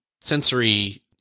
sensory